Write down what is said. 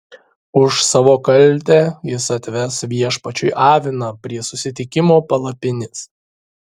už savo kaltę jis atves viešpačiui aviną prie susitikimo palapinės